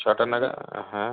ছটা নাগাদ হ্যাঁ